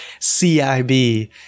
CIB